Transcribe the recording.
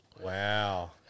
Wow